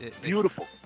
Beautiful